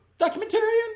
documentarian